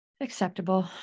Acceptable